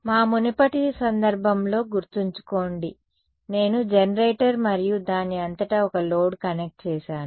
మా మునుపటి సందర్భంలో గుర్తుంచుకోండి నేను జెనరేటర్ మరియు దాని అంతటా ఒక లోడ్ కనెక్ట్ చేసాను